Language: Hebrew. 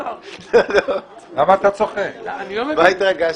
--- ממה התרגשת?